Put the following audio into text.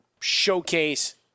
showcase